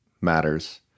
matters